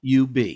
ub